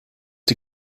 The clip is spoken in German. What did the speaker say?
die